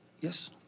Yes